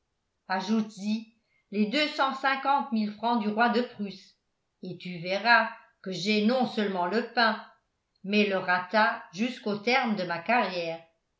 ajoutes y les deux cent cinquante mille francs du roi de prusse et tu verras que j'ai non seulement le pain mais le rata jusqu'au terme de ma carrière